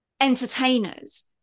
entertainers